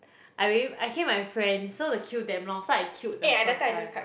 I I came with my friend so the queue damn long so I queued the first time